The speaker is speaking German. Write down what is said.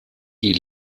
die